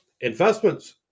investments